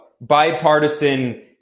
Bipartisan